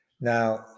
Now